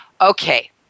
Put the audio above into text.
Okay